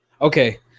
Okay